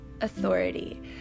authority